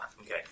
Okay